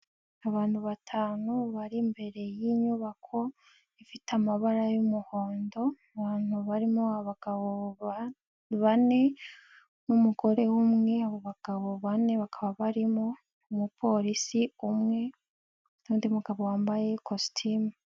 Abantu batanu bari imbere y'inyubako ifite amabara y'umuhondo, mu bantu barimo abagabo bane n'umugore umwe, abo bagabo bane bakaba barimo umupolisi umwe n'undi mugabo wambaye ikositimu.